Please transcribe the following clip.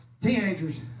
teenagers